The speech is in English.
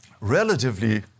relatively